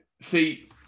see